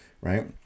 right